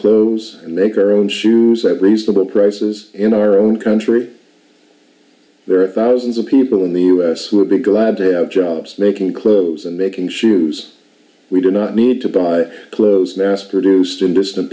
clothes and make our own shoes at reasonable prices in our own country there are thousands of people in the us would be glad to have jobs making clothes and making shoes we do not need to buy clothes mass produced in distant